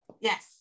yes